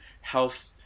health